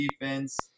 Defense